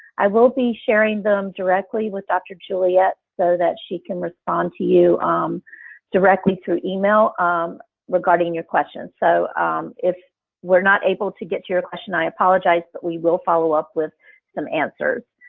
i will be sharing them directly with dr. juliette so that she can respond to you directly through email um regarding your questions. so if we're not able to get to your question i apologize but we will follow up with some answers.